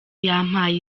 yampaye